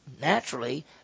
naturally